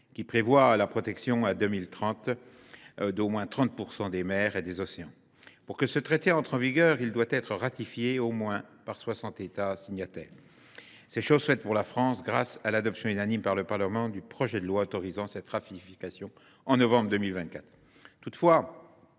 qui prévoit la protection d’ici à 2030 d’au moins 30 % des mers et des océans. Pour que le traité entre en vigueur, il doit être ratifié par au moins soixante États signataires. C’est chose faite pour la France, grâce à l’adoption par le Parlement, à l’unanimité, du projet de loi autorisant cette ratification, en novembre 2024.